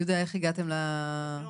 יהודה, איך הגעתם לזה?